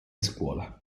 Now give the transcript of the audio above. scuola